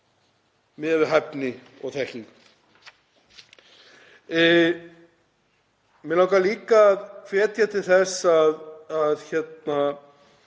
við hæfni og þekkingu. Mig langar líka að hvetja til þess að við